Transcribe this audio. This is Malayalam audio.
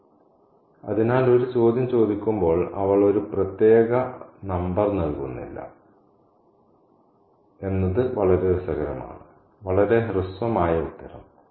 " അതിനാൽ ഒരു ചോദ്യം ചോദിക്കുമ്പോൾ അവൾ ഒരു പ്രത്യേക നമ്പർ നൽകുന്നില്ല എന്നത് വളരെ രസകരമാണ് വളരെ ഹ്രസ്വമായ ഉത്തരം